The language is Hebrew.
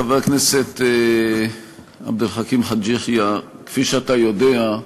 חבר הכנסת עבד אל חכים חאג' יחיא, כפי שאתה יודע,